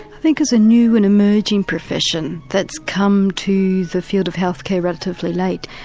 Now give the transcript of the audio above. i think as a new and emerging profession that's come to the field of health care relatively late,